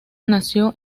nació